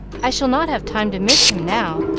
i shall not have time to miss him now,